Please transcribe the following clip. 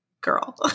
girl